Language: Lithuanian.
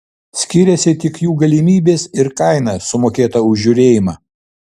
skiriasi tik jų galimybės ir kaina sumokėta už žiūrėjimą